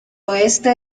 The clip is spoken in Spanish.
oeste